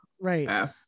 Right